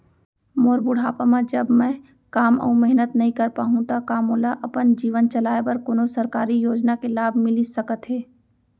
मोर बुढ़ापा मा जब मैं काम अऊ मेहनत नई कर पाहू तब का मोला अपन जीवन चलाए बर कोनो सरकारी योजना के लाभ मिलिस सकत हे?